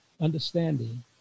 understanding